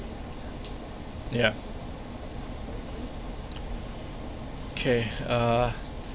yeah okay uh